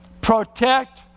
Protect